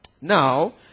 Now